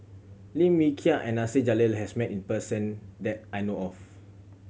Lim Wee Kiak and Nasir Jalil has met this person that I know of